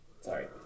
Sorry